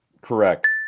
Correct